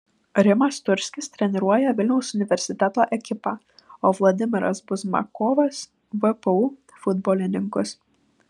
rimas turskis treniruoja vilniaus universiteto ekipą o vladimiras buzmakovas vpu futbolininkus